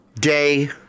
day